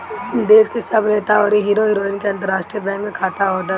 देस के सब नेता अउरी हीरो हीरोइन के अंतरराष्ट्रीय बैंक में खाता होत हअ